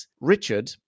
Richard